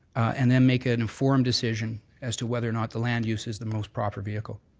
and then make an informed decision as to whether or not the land use is the most proper vehicle.